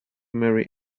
marry